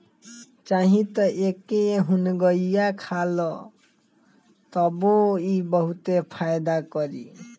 चाही त एके एहुंगईया खा ल तबो इ बहुते फायदा करी